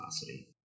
capacity